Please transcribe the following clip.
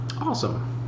Awesome